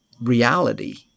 reality